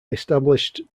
established